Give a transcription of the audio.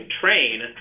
train